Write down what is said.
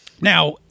now